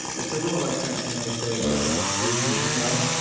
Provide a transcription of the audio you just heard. that's a little like saying it's a nice day except for the three feet of snow.